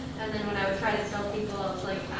and then when i would try to tell people, i was like,